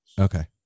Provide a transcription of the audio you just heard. Okay